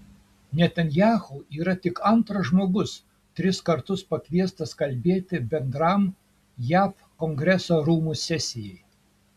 netanyahu yra tik antras žmogus tris kartus pakviestas kalbėti bendram jav kongreso rūmų sesijai